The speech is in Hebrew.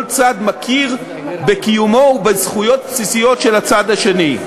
כל צד מכיר בקיומו ובזכויות בסיסיות של הצד השני.